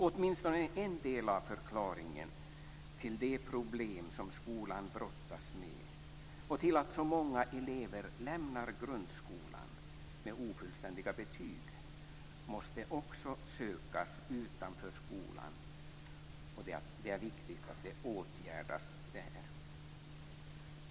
Åtminstone en del av förklaringen till de problem som skolan brottas med och till att så många elever lämnar grundskolan med ofullständiga betyg måste också sökas utanför skolan, och det är viktigt att de åtgärdas där.